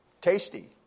Tasty